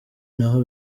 ntaho